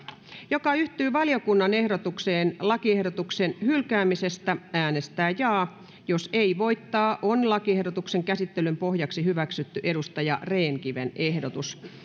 joka yhtyy valiokunnan ehdotukseen lakiehdotuksen hylkäämisestä äänestää jaa jos ei voittaa on lakiehdotuksen käsittelyn pohjaksi hyväksytty veronica rehn kiven ehdotus